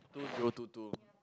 two zero two two